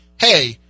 hey